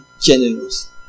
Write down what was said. generous